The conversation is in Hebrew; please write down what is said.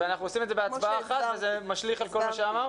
אבל אנחנו עושים את זה בהצבעה אחת וזה משליך על כל מה שאמרת?